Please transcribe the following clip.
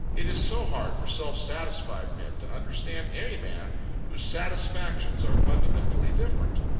it is so hard for self-satisfied men to understand any man whose satisfactions are fundamentally different.